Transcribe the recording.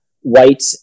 white